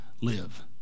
live